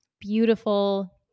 beautiful